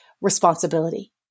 responsibility